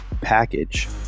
package